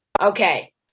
okay